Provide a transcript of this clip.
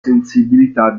sensibilità